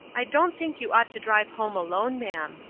i don't think you ought to drive home alone, ma'am,